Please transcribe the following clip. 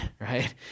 right